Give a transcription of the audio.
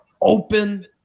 open